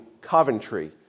Coventry